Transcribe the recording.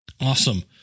Awesome